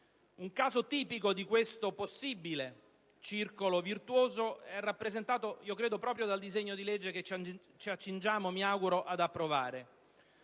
Un caso tipico di questo possibile circolo virtuoso è rappresentato proprio dal disegno di legge che ci accingiamo, mi auguro, ad approvare.